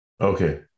Okay